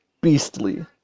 beastly